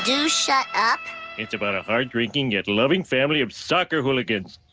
yeah shot up it's about a hard drinking yet loving family of soccer hooligans.